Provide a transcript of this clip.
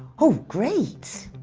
oh, great!